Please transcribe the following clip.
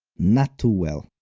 not too well.